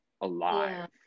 alive